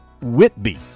Whitby